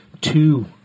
two